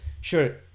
sure